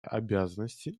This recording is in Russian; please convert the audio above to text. обязанности